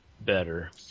better